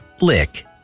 lick